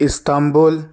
Istanbul